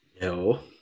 No